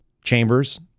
chambers